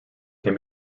can